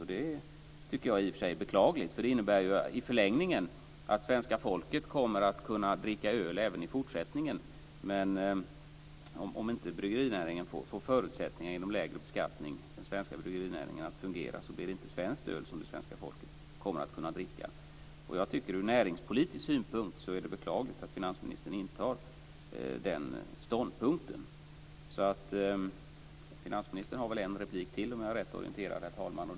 Det tycker jag i och för sig är beklagligt. Det innebär i förlängningen att svenska folket kommer att kunna dricka öl även i fortsättningen. Men om inte den svenska bryggerinäringen får förutsättningar att fungera genom lägre beskattning blir det inte svenskt öl som det svenska folket kommer att kunna dricka. Jag tycker att det ur näringspolitisk synpunkt är beklagligt att finansministern intar den ståndpunkten. Finansministern har väl en replik till om jag är rätt orienterad, herr talman.